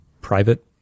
private